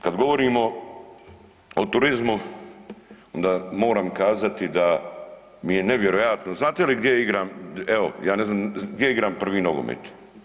Kad govorimo o turizmu onda moram kazati da mi je nevjerojatno, znate li gdje igram, evo ja ne znam, gdje igram prvi nogomet?